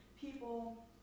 people